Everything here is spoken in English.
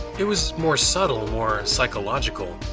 it was more subtle, more psychological.